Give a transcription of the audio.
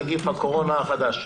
נגיף הקורונה החדש).